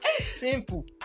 simple